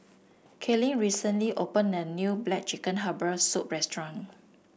Kaelyn recently opened a new black chicken Herbal Soup restaurant